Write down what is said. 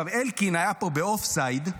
אלקין היה פה באופסייד,